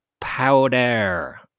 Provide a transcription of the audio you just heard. powder